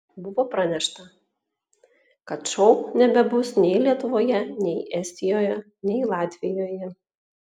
buvo pranešta kad šou nebebus nei lietuvoje nei estijoje nei latvijoje